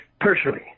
personally